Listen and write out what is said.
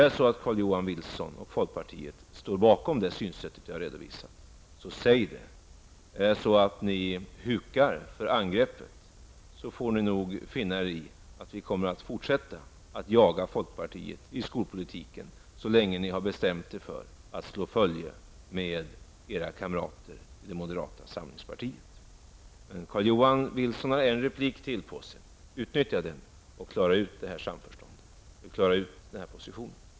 Om Carl-Johan Wilson och folkpartiet står bakom det synsätt som jag har redovisat, så säg det! Om ni hukar för angreppet, får ni nog finna er i att vi kommer att fortsätta att jaga er i skolpolitiken så länge ni har bestämt er för att slå följe med era kamrater i moderata samlingspartiet. Carl-Johan Wilson har rätt till en replik till. Utnyttja den till att klara ut er position.